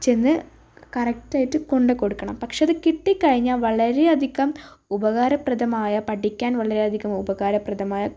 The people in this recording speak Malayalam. ചെന്ന് കറക്റ്റായിട്ട് കൊണ്ട് കൊടുക്കണം പക്ഷേ അത് കിട്ടിക്കഴിഞ്ഞാൽ വളരെയധികം ഉപകാരപ്രദമായ പഠിക്കാൻ വളരെയധികം ഉപകാരപ്രദമായ